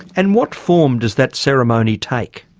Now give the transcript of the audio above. and what form does that ceremony take?